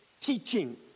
teaching